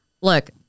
Look